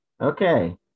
Okay